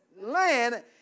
land